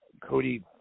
Cody